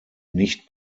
nicht